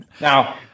Now